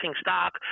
stock